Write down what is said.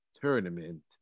tournament